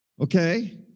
Okay